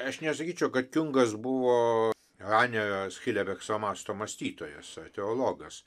aš nesakyčiau kad kiungas buvo hanerio ar skilerekso masto mąstytojas teologas